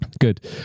Good